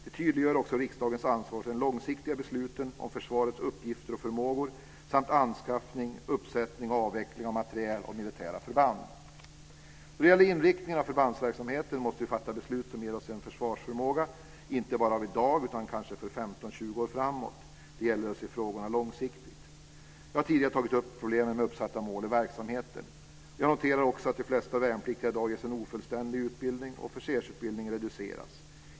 Det tydliggör också riksdagens ansvar för de långsiktiga besluten om försvarets uppgifter och förmågor samt anskaffning, uppsättning och avveckling av materiel och militära förband. Då det gäller inriktningen av förbandsverksamheten måste vi fatta beslut som ger oss en försvarsförmåga, inte bara i dag utan för kanske 15-20 år framåt. Det gäller att se på frågorna långsiktigt. Jag har tidigare tagit upp problemen med uppsatta mål i verksamheten. Jag noterar också att de flesta värnpliktiga i dag ges en ofullständig utbildning och att officersutbildningen reduceras.